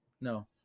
No